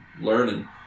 learning